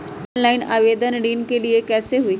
Online आवेदन ऋन के लिए कैसे हुई?